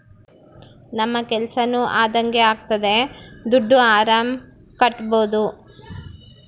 ನಮ್ ಕೆಲ್ಸನೂ ಅದಂಗೆ ಆಗ್ತದೆ ದುಡ್ಡು ಆರಾಮ್ ಕಟ್ಬೋದೂ